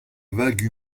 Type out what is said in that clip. vague